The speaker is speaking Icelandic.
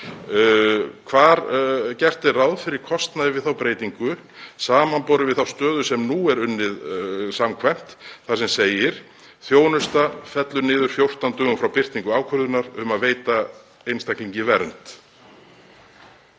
hvar gert er ráð fyrir kostnaði við þá breytingu samanborið við þá stöðu sem nú er unnið samkvæmt? Þar sem segir: „Þjónusta fellur niður 14 dögum frá birtingu ákvörðunar um að veita einstaklingi vernd.“